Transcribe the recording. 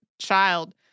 child